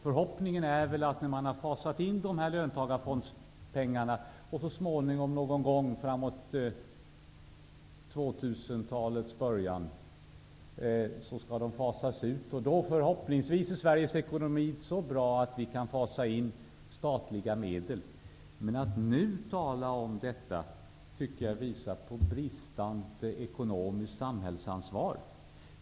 Tanken är väl den att sedan löntagarfondspengarna fasats in skall de så småningom, någon gång i början av 2000-talet återigen fasas ut, varvid förhoppningsvis Sveriges ekonomi är så bra att vi kan sätta in statliga medel. Men att nu tala om detta tycker jag vittnar om bristande samhällsansvar.